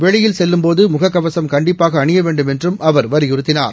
வெளியில் செல்லும் போது முகக்கவசம் கண்டிப்பாக அணிய வேண்டும் என்றும் அவர் வலியுறுத்தினார்